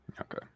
Okay